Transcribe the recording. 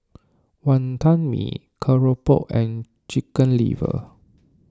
Wantan Mee Keropok and Chicken Liver